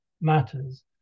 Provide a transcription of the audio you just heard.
matters